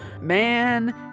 man